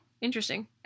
Interesting